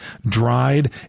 dried